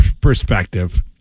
perspective